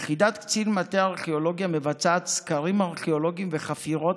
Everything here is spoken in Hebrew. יחידת קצין מטה ארכיאולוגיה מבצעת סקרים ארכיאולוגיים וחפירות